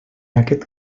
aquest